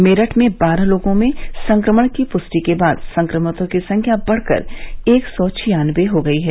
मेरठ में बारह लोगों में संक्रमण की पुष्टि के बाद संक्रमितों की संख्या बढ़कर एक सौ छियानबे हो गई है